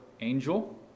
angel